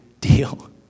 deal